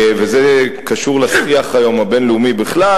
וזה קשור היום לשיח הבין-לאומי בכלל,